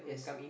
yes